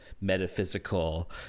metaphysical